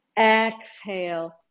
exhale